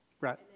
Right